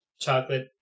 chocolate